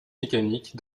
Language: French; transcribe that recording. mécanique